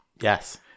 Yes